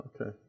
Okay